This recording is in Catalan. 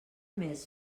més